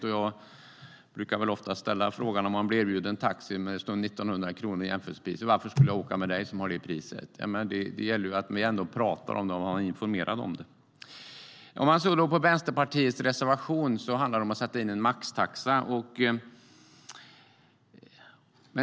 Om jag blir erbjuden taxi och det står 1 900 kronor som jämförpris brukar jag ofta ställa frågan: Varför ska jag åka med dig som har det priset? Det gäller att vi pratar om det och informerar om det. I Vänsterpartiets reservation föreslås att det ska sättas en maxtaxa.